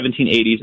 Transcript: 1780s